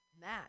Matt